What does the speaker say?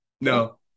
No